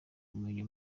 kumenya